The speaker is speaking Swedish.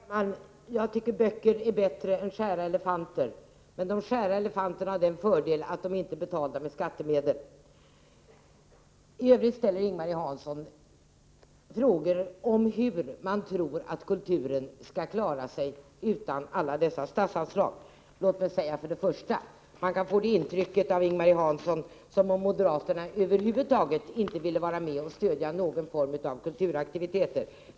Herr talman! Jag tycker böcker är bättre än skära elefanter, men de skära elefanterna har fördelen att inte vara betalda med skattemedel. Ing-Marie Hansson ställer frågor om hur man tror att kulturen klarar sig utan alla dessa statsanslag. Man kan av Ing-Marie Hansson få intrycket att moderaterna över huvud taget inte vill vara med och stödja någon form av kulturaktiviteter.